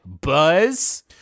Buzz